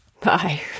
Bye